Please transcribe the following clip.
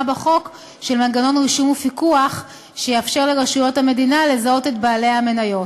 בחוק של מנגנון רישום ופיקוח שיאפשר לרשויות המדינה לזהות את בעלי המניות.